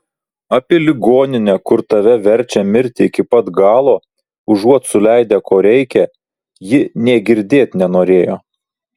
apie ligoninę kur tave verčia mirti iki pat galo užuot suleidę ko reikia ji nė girdėt nenorėjo